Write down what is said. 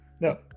No